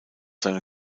seine